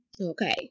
Okay